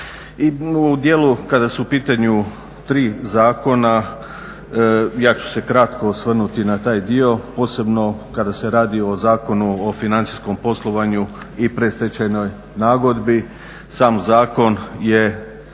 … dijelu kada su u pitanju 3 zakona, ja ću se kratko osvrnuti na taj dio, posebno kada se radi o Zakonu o financijskom poslovanju i predstečajnoj nagodbi, sam zakon je